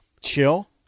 Chill